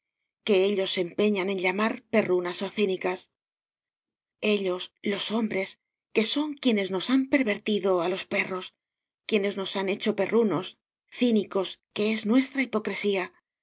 que ellos se empeñan en llamar perrunas o cínicas ellos los hombres que son quienes nos han pervertido a los perros quienes nos han hecho perrunos cínicos que es nuestra hipocresía